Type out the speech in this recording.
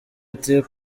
ati